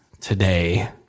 today